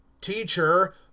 Teacher